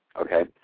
Okay